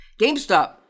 GameStop